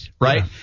right